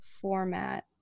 format